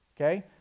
Okay